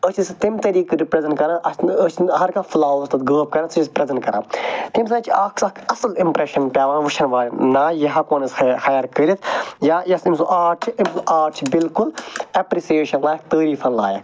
أسۍ چھِ سۄ تَمہِ طریٖقہٕ رپرٛیٚزنٛٹ کران اسہِ چھُنہٕ أسۍ چھِ ہر کانٛہہ فٕلاز تتھ غٲب کران چھِ أسۍ پرٛیٚزنٛٹ کران تَمہِ سۭتۍ چھُ اکھ سُہ اَکھ اصٕل اِمپرٛیٚشن پیٚوان وُچھَن والیٚن نا یہِ ہیٚکہٕ ہون أسۍ ہایر کرتھ یا یۄس أمۍ سُنٛد آرٹ چھُ أمۍ سنٛد آرٹ چھُ بلکل ایٚپرِسیشنَس لایق تٔعریٖفن لایق